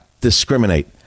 discriminate